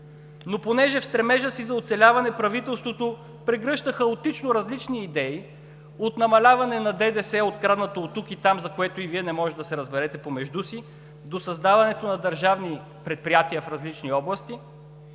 Но понеже в стремежа си за оцеляване правителството прегръща хаотично различни идеи – от намаляване на ДДС, откраднато оттук и там, за което и Вие не можете да се разберете помежду си, до създаването на държавни предприятия в различни области,